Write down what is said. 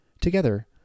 Together